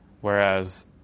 whereas